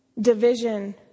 division